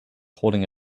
holding